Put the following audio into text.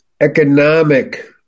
economic